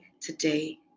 today